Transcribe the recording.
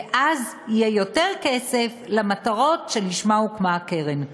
ואז יהיה יותר כסף למטרות שלשמן הוקמה הקרן.